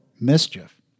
mischief